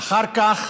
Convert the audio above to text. אחר כך